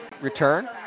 return